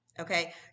Okay